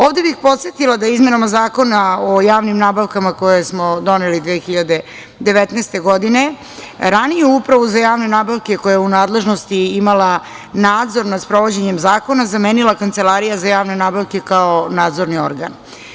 Ovde bih podsetila da izmenama Zakona o javnim nabavkama koje smo doneli 2019. godine, raniju Upravu za javne nabavke koja je u nadležnosti imala nadzor nad sprovođenjem zakona, zamenila Kancelarija za javne nabavke kao nadzorni organ.